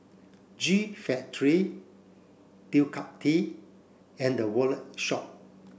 G Factory Ducati and The Wallet Shop